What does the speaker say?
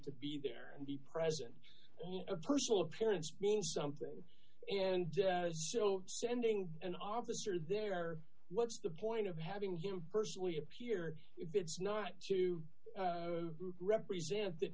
to be there and the president a personal appearance means something and so sending an officer there or what's the point of having him personally appear if it's not to represent that